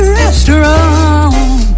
restaurant